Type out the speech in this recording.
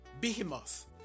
behemoth